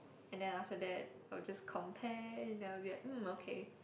and then after that I will just compare and I will be like um okay